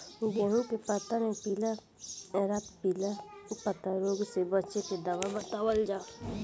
गेहूँ के पता मे पिला रातपिला पतारोग से बचें के दवा बतावल जाव?